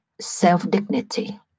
self-dignity